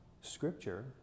Scripture